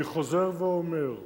אני חוזר ואומר: